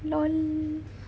LOL